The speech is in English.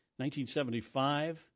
1975